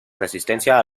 resistencia